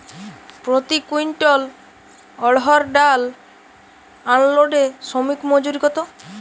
প্রতি কুইন্টল অড়হর ডাল আনলোডে শ্রমিক মজুরি কত?